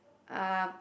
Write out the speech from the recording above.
um